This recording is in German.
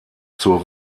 zur